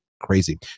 crazy